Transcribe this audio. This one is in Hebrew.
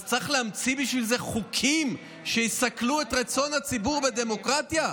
אז צריך להמציא בשביל זה חוקים שיסכלו את רצון הציבור בדמוקרטיה?